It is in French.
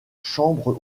chambre